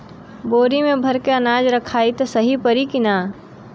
बोरी में भर के अनाज रखायी त सही परी की ना?